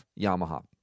Yamaha